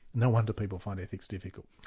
no wonder people find ethics difficult.